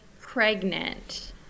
pregnant